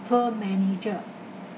tour manager